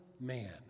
man